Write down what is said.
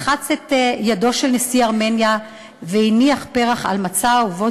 לחץ את ידו של נשיא ארמניה והניח פרח על מצע ובו